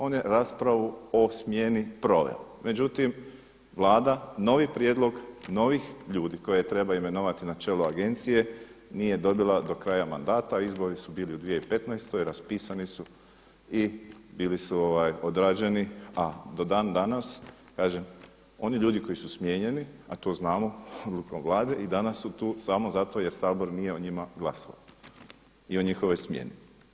On je raspravu o smjeni proveo, međutim, Vlada novi prijedlog, novih ljudi koje treba imenovati na čelo Agencije nije dobila do kraja mandata, a izbori su bili u 2015. raspisani su i bili su odrađeni, a do dan danas kažem oni ljudi koji su smijenjeni, a to znamo, odlukom Vlade, i danas su tu samo zato jer Sabor nije o njima glasao i o njihovoj smjeni.